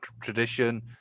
tradition